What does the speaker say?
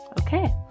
Okay